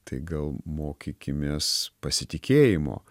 tai gal mokykimės pasitikėjimo